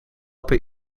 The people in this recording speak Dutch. per